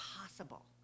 possible